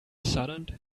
saddened